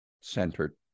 centered